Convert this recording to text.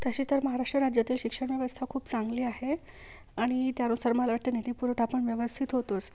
तशी तर महाराष्ट्र राज्यातील शिक्षणव्यवस्था खूप चांगली आहे आणि त्यानुसार मला वाटतं आहे निधी पुरवठा पण व्यवस्थित होतोच